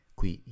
qui